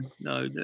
No